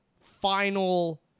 final